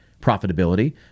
profitability